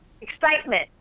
excitement